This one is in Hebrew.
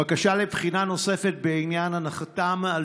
בקשה לבחינה נוספת בעניין הנחתם על